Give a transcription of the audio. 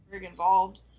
involved